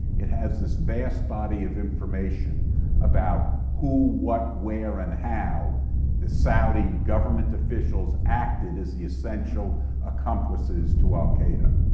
it has this vast body of information about who, what, where, and how the saudi government officials acted as the essential accomplices to al-qaeda.